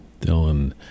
Dylan